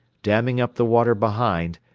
damming up the water behind,